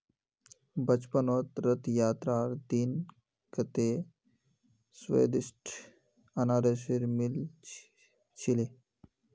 बचपनत रथ यात्रार दिन कत्ते स्वदिष्ट अनन्नास मिल छिले